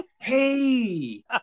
hey